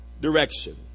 direction